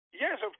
Yes